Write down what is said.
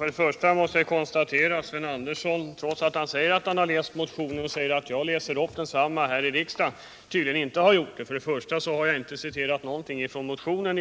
Herr talman! Jag konstaterar att Sven Andersson i Örebro, trots att han säger att han har läst motionen och påstår att jag läser upp den här i kammaren, tydligen inte har gjort det. För det första har jag inte citerat någonting ur motionen,